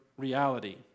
reality